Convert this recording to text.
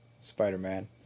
Spider-Man